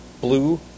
blue